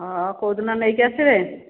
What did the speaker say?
ହଁ କେଉଁ ଦିନ ନେଇକି ଆସିବେ